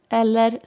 eller